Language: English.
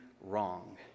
wrong